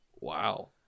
Wow